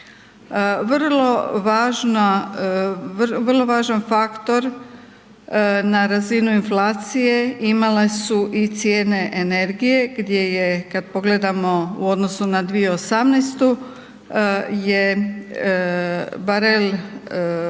Vrlo važan faktor na razini inflacije imale su i cijene energije gdje je kada pogledamo u odnosu na 2018. je barel nafte